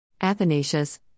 Athanasius